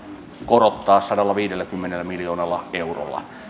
korottaa sadallaviidelläkymmenellä miljoonalla eurolla